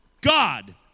God